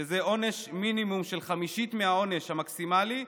שזה עונש מינימום של חמישית מהעונש המקסימלי,